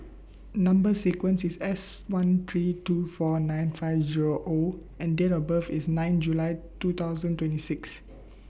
Number sequence IS S one three two four nine five Zero O and Date of birth IS nine July two thousand twenty six